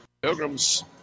Pilgrims